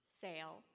sale